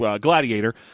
Gladiator